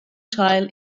teil